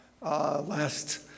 Last